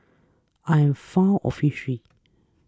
I'm fond of history